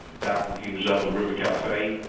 and back when he was at the river cafe.